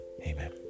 amen